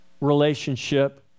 relationship